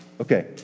Okay